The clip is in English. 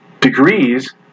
degrees